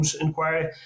inquiry